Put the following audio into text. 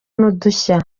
n’udushya